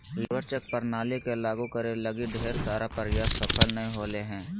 labour check प्रणाली के लागु करे लगी ढेर सारा प्रयास सफल नय होले हें